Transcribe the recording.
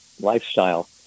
lifestyle